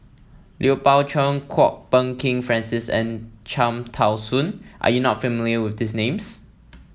Lui Pao Chuen Kwok Peng Kin Francis and Cham Tao Soon are you not familiar with these names